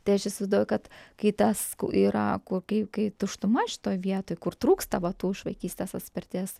tai aš įsivaizduoju kad kai tas yra ko kai kai tuštuma šitoj vietoj kur trūksta va tų iš vaikystės atspirties